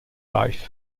life